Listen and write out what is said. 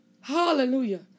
Hallelujah